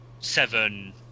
Seven